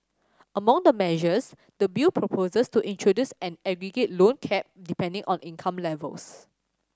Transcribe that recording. among the measures the bill proposes to introduce an aggregate loan cap depending on income levels